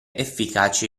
efficaci